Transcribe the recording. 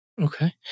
Okay